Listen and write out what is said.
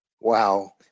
Wow